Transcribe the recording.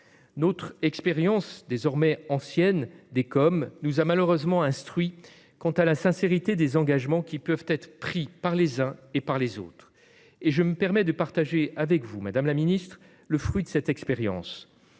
vieille expérience des contrats d'objectifs et de moyens (COM) nous a malheureusement instruits quant à la sincérité des engagements qui peuvent être pris par les uns et par les autres. Je me permets de partager avec vous, madame la ministre, le fruit de cette expérience